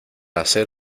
hacer